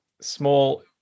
small